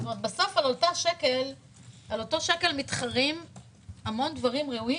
בסוף על אותו שקל מתחרים המון דברים ראויים